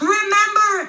remember